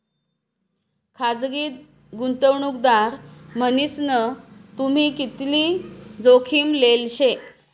खासगी गुंतवणूकदार मन्हीसन तुम्ही कितली जोखीम लेल शे